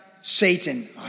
Satan